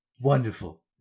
Wonderful